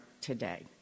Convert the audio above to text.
today